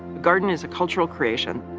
garden is a cultural creation.